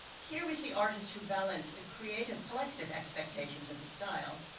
here, we see artists who balance a creative collective expectation to the style,